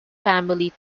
family